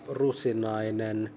rusinainen